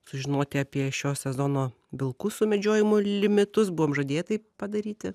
sužinoti apie šio sezono vilkų sumedžiojimo limitus buvom žadėję tai padaryti